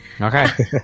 Okay